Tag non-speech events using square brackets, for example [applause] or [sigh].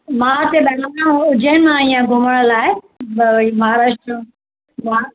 मां त [unintelligible] उजैन मां आई आहियां घुमण लाइ म महाराष्ट्र्रा भाउ